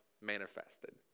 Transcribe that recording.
manifested